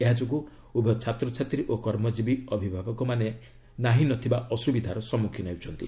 ଏହାଯୋଗୁଁ ଉଭୟ ଛାତ୍ରଛାତ୍ରୀ ଓ କର୍ମଜୀବୀ ଅଭିଭାବକମାନେ ନାହିଁ ନ ଥିବା ଅସୁବିଧାର ସମ୍ମୁଖୀନ ହେଉଛନ୍ତି